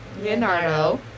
Leonardo